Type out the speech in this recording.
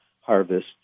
harvest